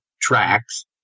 tracks